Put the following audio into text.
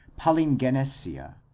palingenesia